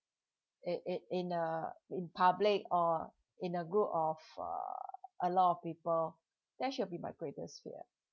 in in in uh in public or in a group of uh a lot of people that shall be my greatest fear